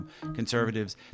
conservatives